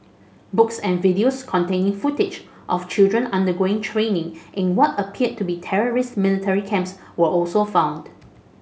books and videos containing footage of children undergoing training in what appeared to be terrorist military camps were also found